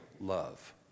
love